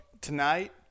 tonight